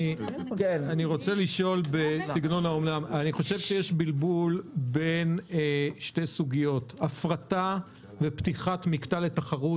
אני חושב שיש בלבול בין שתי סוגיות: הפרטה ופתיחת מקטע לתחרות.